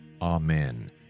Amen